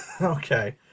Okay